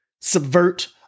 subvert